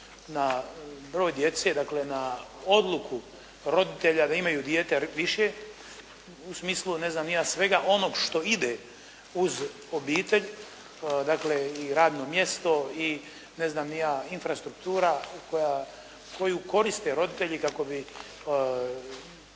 na broj djece dakle na odluku roditelja da imaju dijete više u smislu ne znam ni ja svega onog što ide uz obitelj dakle i radno mjesto i ne znam ni ja, infrastruktura koju koriste roditelji kako bi